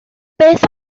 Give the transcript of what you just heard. beth